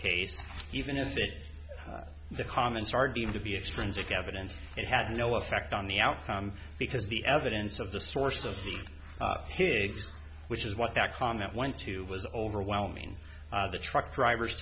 case even if that the comments are deemed to be extrinsic evidence it had no effect on the outcome because the evidence of the source of the hiv which is what that comment went to was overwhelming the truck drivers